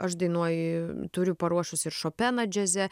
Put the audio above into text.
aš dainuoju turiu paruošus ir šopeną džiaze